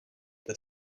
the